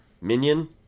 minion